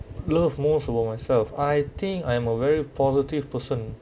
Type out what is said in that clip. love most about myself I think I am a very positive person